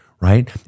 right